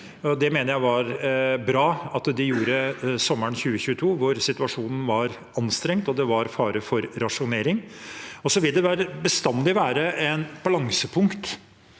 det var bra at de gjorde det sommeren 2022, da situasjonen var anstrengt og det var fare for rasjonering. Det vil bestandig være et balansepunkt